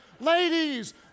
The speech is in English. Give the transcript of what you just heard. Ladies